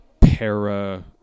para